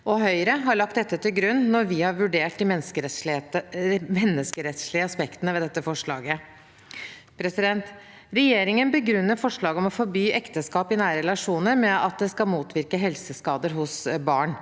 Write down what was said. Høyre har lagt dette til grunn når vi har vurdert de menneskerettslige aspektene ved dette forslaget. Regjeringen begrunner forslaget om å forby ekteskap i nære relasjoner med at det skal motvirke helseskader hos barn.